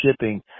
shipping